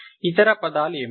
ఇతర పదాలు ఏమిటి